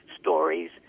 stories